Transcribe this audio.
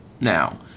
now